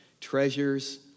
treasures